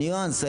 ניואנס.